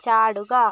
ചാടുക